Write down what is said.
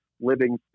living